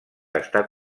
estar